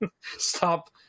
Stop